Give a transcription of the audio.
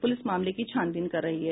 police मामले की छानबीन कर रही है